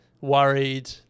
worried